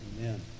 amen